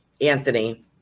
Anthony